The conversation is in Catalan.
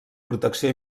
protecció